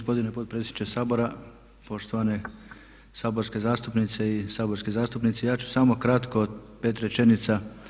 Uvaženi potpredsjedniče Sabora, poštovane saborske zastupnice i saborski zastupnici ja ću samo kratko pet rečenica.